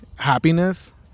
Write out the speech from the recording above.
Happiness